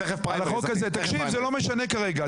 זה לא משנה כרגע,